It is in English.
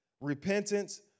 Repentance